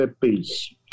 peace